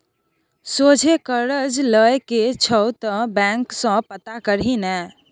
सोझे करज लए के छौ त बैंक सँ पता करही ने